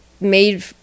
made